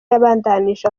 yabandanije